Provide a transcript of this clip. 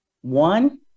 One